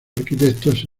arquitectos